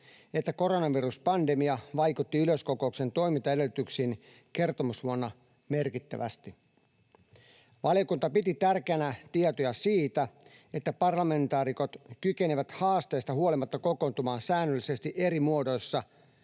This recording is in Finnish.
että koronaviruspandemia vaikutti yleiskokouksen toimintaedellytyksiin kertomusvuonna merkittävästi. Valiokunta piti tärkeänä tietoja siitä, että parlamentaarikot kykenivät haasteista huolimatta kokoontumaan säännöllisesti eri muodoissa